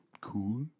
Cool